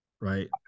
Right